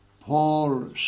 Paul